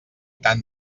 tant